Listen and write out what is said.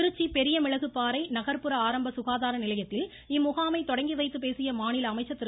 திருச்சி பெரியமிளகுபாறை நகர்ப்புற ஆரம்ப சுகாதார நிலையத்தில் இம்முகாமை தொடங்கிவைத்துப் பேசிய மாநில அமைச்சர் திரு